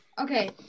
Okay